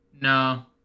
No